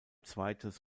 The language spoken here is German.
zweites